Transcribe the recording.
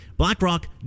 BlackRock